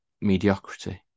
mediocrity